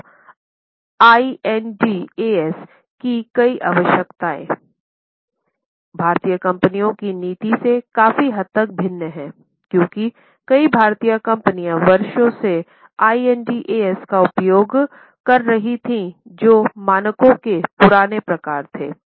अब Ind AS की कई आवश्यकताएँ भारतीय कंपनियों की नीतियों से काफी हद तक भिन्न हैं क्योंकि कई भारतीय कंपनियाँ वर्षों से आईनडी एएस का उपयोग कर रही थी जो मानकों के पुराने प्रकार थे